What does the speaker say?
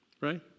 right